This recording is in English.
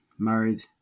married